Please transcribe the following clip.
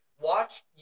watch